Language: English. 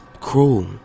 cruel